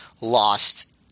lost